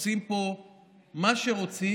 ועושים פה מה שרוצים.